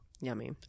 Yummy